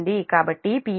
కాబట్టి Pi మీ 2 0